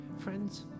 Friends